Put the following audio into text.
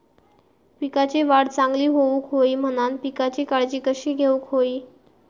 पिकाची वाढ चांगली होऊक होई म्हणान पिकाची काळजी कशी घेऊक होई?